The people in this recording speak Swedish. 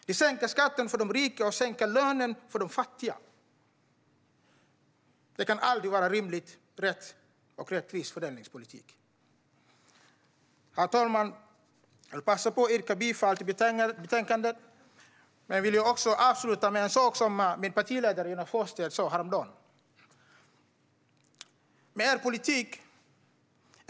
Ni sänker skatten för de rika och sänker lönen för de fattiga. Det kan aldrig vara rimlig, rätt och rättvis fördelningspolitik. Fru talman! Jag yrkar bifall till förslaget i betänkandet. Men jag vill avsluta med en sak som min partiledare Jonas Sjöstedt sa häromdagen om vad er politik innebär.